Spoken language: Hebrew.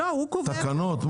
תקנות?